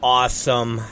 awesome